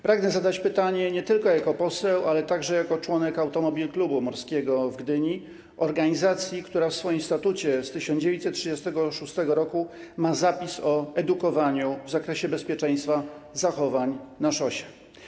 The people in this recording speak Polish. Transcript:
Pragnę zadać pytanie nie tylko jako poseł, ale także jako członek Automobilklubu Morskiego w Gdyni, organizacji, która w swoim statucie z 1936 r. ma zapis o edukowaniu w zakresie bezpieczeństwa zachowań na szosie.